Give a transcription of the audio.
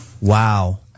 Wow